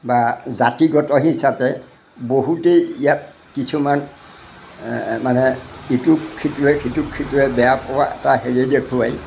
বা জাতিগত হিচাপে বহুতেই ইয়াত কিছুমান মানে ইটোক সিটোৱে সিটোক সিটোৱে বেয়া পোৱা এটা হেৰি দেখুৱায়